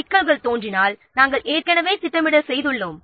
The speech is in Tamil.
சிக்கல்கள் தோன்றினால் நாம் ஏற்கனவே திட்டமிடல் செய்துள்ளோம்